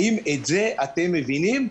האם את זה אתם מבינים?